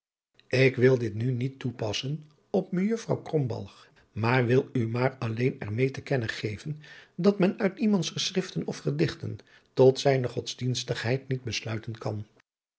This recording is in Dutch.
ik wil dit nu niet toepassen op mejuffr krombalg maat wil u maar alleen er meê te kennen geven dat men uit iemands geschriften of gedichten tot zijne godsdienstigheid niet besluiten kan